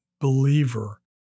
believer